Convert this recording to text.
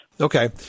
Okay